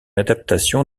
adaptation